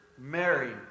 Mary